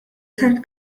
tal